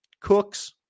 Cooks